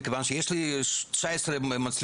מכיוון שיש לי 19 מצלמות,